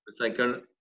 recycle